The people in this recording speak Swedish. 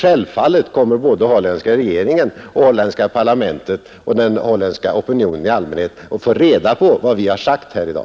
Självfallet kommer regeringen och parlamentet i Holland jämte den holländska opinionen i allmänhet att få reda på vad vi har sagt här i dag.